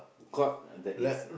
got that is